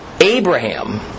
Abraham